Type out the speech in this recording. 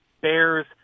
Bears